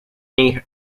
knee